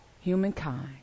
humankind